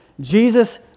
Jesus